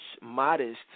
modest